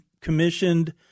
commissioned